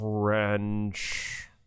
French